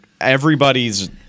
everybody's